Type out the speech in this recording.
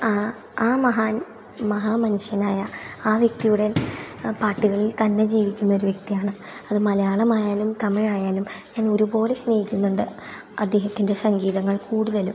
ആ മഹാൻ മഹാ മനുഷ്യനായ ആ വ്യക്തിയുടെ പാട്ടുകളിൽ തന്നെ ജീവിക്കുന്നൊരു വ്യക്തിയാണ് അത് മലയാളമായാലും തമിഴായാലും ഞാൻ ഒരുപോലെ സ്നേഹിക്കുന്നുണ്ട് അദ്ദേഹത്തിൻ്റെ സംഗീതങ്ങൾ കൂടുതലും